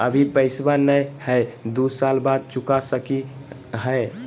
अभि पैसबा नय हय, दू साल बाद चुका सकी हय?